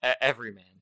everyman